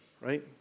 Right